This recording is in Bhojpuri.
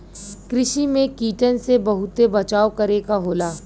कृषि में कीटन से बहुते बचाव करे क होला